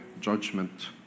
judgment